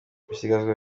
ibisigazwa